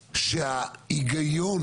שההיגיון,